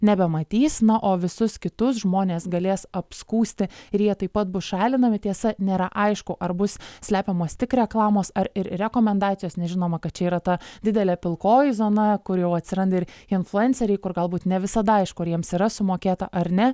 nebematys na o visus kitus žmonės galės apskųsti ir jie taip pat bus šalinami tiesa nėra aišku ar bus slepiamos tik reklamos ar ir rekomendacijos nežinoma kad čia yra ta didelė pilkoji zona kur jau atsiranda ir influenceriai kur galbūt ne visada aišku ar jiems yra sumokėta ar ne